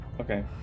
Okay